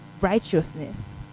Righteousness